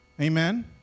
Amen